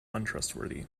untrustworthy